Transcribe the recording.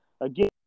again